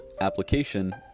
application